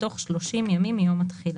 בתוך שלושים ימים מיום התחילה."